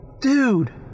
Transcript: dude